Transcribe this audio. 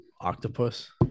octopus